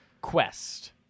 quest